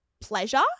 pleasure